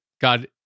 God